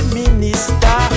minister